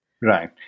Right